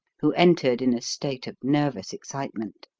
who entered in a state of nervous excitement.